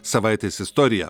savaitės istorija